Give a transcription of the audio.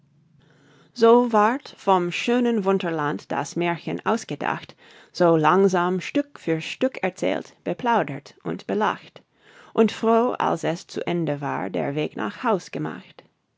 so ward vom schönen wunderland das märchen ausgedacht so langsam stück für stück erzählt beplaudert und belacht und froh als es zu ende war der weg nach haus gemacht